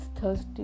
thirsty